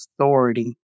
authority